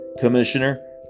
Commissioner